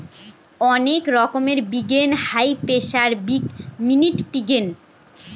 অনেক রকমের breed Hampshire breed, mini pig